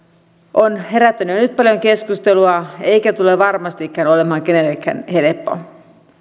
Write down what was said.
on herättänyt nyt paljon keskustelua eikä tule varmastikaan olemaan kenellekään helppo